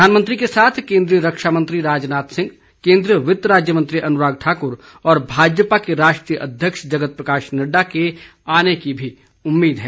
प्रधानमंत्री के साथ केंद्रीय रक्षा मंत्री राजनाथ सिंह केन्द्रीय वित्त राज्य मंत्री अनुराग ठाकुर और भाजपा के राष्ट्रीय अध्यक्ष जगत प्रकाश नड़डा के आने की भी उम्मीद है